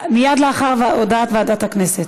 מייד לאחר הודעת ועדת הכנסת,